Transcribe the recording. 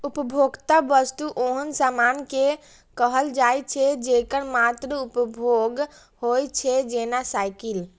उपभोक्ता वस्तु ओहन सामान कें कहल जाइ छै, जेकर मात्र उपभोग होइ छै, जेना साइकिल